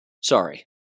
Sorry